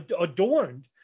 adorned